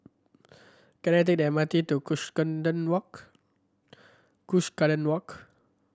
can I take the M R T to Walk Cuscaden Walk